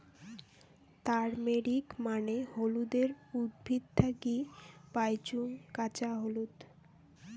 turmeric মানে হলুদের উদ্ভিদ থাকি পাইচুঙ কাঁচা হলুদ